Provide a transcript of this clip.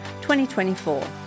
2024